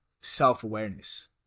self-awareness